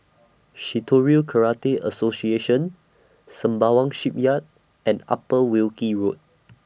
Shitoryu Karate Association Sembawang Shipyard and Upper Wilkie Road